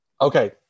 Okay